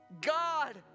God